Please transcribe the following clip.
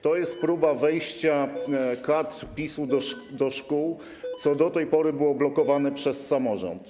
To jest próba wejścia kadr PiS-u do szkół, co do tej pory było blokowane przez samorząd.